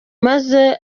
maze